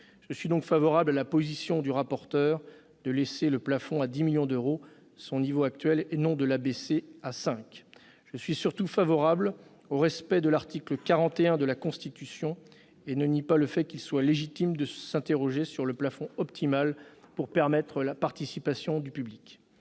Je suis donc favorable à la position du rapporteur de laisser le plafond à son niveau actuel- 10 millions d'euros -et non de l'abaisser à 5 millions. Je suis surtout favorable au respect de l'article 41 de la Constitution et je ne nie pas le fait qu'il est légitime de s'interroger sur le seuil optimal permettant la participation du public.